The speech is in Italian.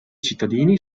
cittadini